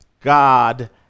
God